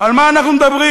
על מה אנחנו מדברים?